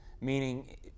Meaning